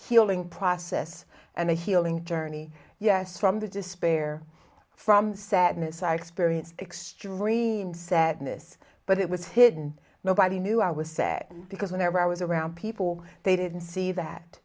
healing process and a healing journey yes from the despair from sadness i experienced extreme sadness but it was hidden nobody knew i was sad because whenever i was around people they didn't see that